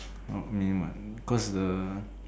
cause the